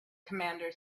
commander